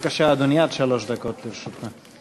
בבקשה, אדוני, עד שלוש דקות לרשותך.